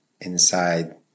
inside